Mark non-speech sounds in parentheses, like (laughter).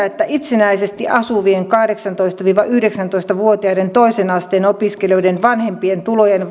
(unintelligible) että itsenäisesti asuvien kahdeksantoista viiva yhdeksäntoista vuotiaiden toisen asteen opiskelijoiden vanhempien tulojen (unintelligible)